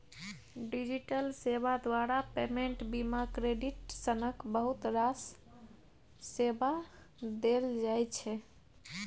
digital सेबा द्वारा payment, बीमा, क्रेडिट सनक बहुत रास सेबा देल जाइ छै